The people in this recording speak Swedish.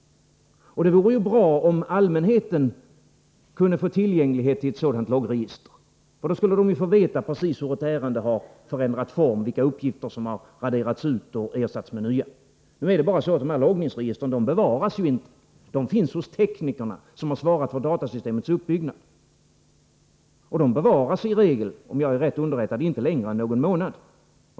Det vore bra om ett sådant loggregister kunde bli tillgängligt för allmänheten. Då skulle man ju få veta precis hur ett ärende har ändrat form, vilka uppgifter som raderats ut och ersatts med nya. Nu är det emellertid så att dessa loggregister inte bevaras. De finns hos teknikerna, som har svarat för datasystemets uppbyggnad. De bevaras i regel, om jag är riktigt underrättad, inte längre än någon månad.